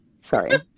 Sorry